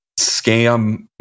scam